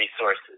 resources